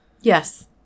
Yes